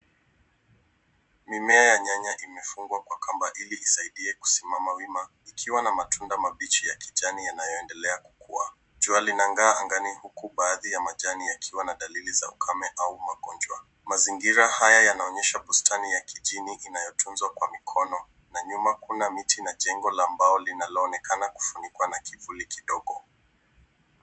Mimme ya nyanya imefungwa kwa kamba ili isaidie kusimama wima ikiwa na matunda mbichi ya kijani yanayoendelea kukua. Jua linaanga angani huku baadhi ya majani yakiwa na dalili za ukame au magonjwa. Mazingira haya yanaonyesha bustani ya kijani yanayotunzwa kwa mikono na nyuma kuna miti na jengo la mbao linaloonekana kufunikwa na kivuli kidogo.